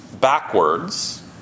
backwards